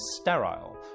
sterile